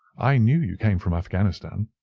i knew you came from afghanistan.